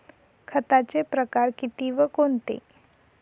खताचे प्रकार किती व कोणते?